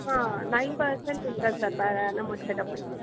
nine percent ఉంటుంది sir per annum వచ్చేటప్పటికి